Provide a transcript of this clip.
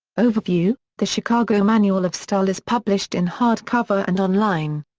overview the chicago manual of style is published in hardcover and online.